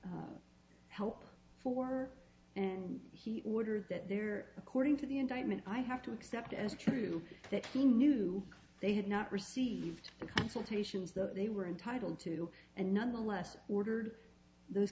help for and he ordered that there according to the indictment i have to accept as true that he knew they had not received the consultations that they were entitled to and nonetheless ordered those